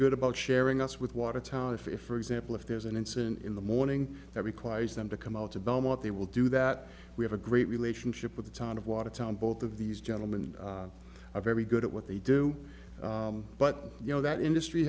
good about sharing us with watertown if for example if there's an incident in the morning every quiets them to come out to belmont they will do that we have a great relationship with the town of watertown both of these gentlemen are very good at what they do but you know that industry